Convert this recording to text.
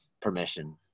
permission